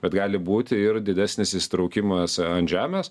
bet gali būti ir didesnis įsitraukimo esą ant žemės